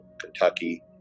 Kentucky